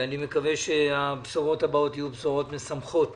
אני מקווה שהבשורות הבאות יהיו בשורות משמחות